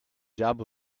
job